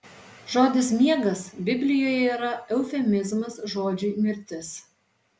žodis miegas biblijoje yra eufemizmas žodžiui mirtis